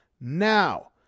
now